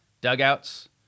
dugouts